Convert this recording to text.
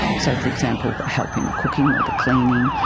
so for example, helping the cooking or the cleaning,